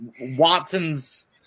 Watson's